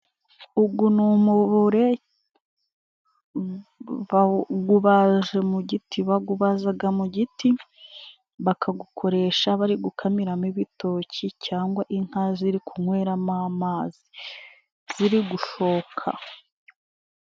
Ugu ni umuvure, bagubaje mu giti, bagubazaga mu giti, bakagukoresha bari gukamira mo ibitoki cyangwa inka ziri kunywera mo amazi, ziri gushoka.